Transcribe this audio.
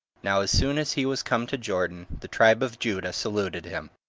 now as soon as he was come to jordan, the tribe of judah saluted him.